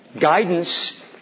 guidance